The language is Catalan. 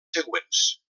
següents